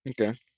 okay